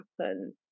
happen